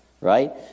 right